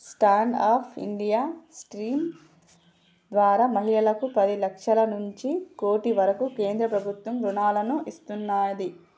stand up India scheme ద్వారా మహిళలకు పది లక్షల నుంచి కోటి వరకు కేంద్ర ప్రభుత్వం రుణాలను ఇస్తున్నాది